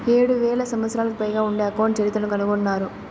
ఏడు వేల సంవత్సరాలకు పైగా ఉండే అకౌంట్ చరిత్రను కనుగొన్నారు